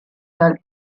tal